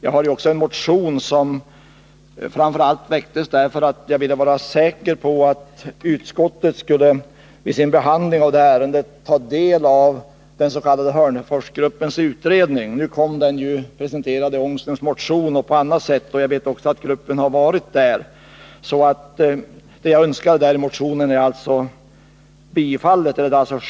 Jag har också väckt en motion i det här ärendet, framför allt därför att jag ville vara säker på att utskottet i sin behandling av det skulle ta del av den s.k. Hörneforsgruppens utredning. Nu har den utredningen också presenterats i Rune Ångströms motion och även på annat sätt, och jag vet också att gruppen har varit hos utskottet. Min önskan i motionen har alltså tillgodosetts.